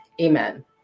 Amen